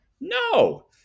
no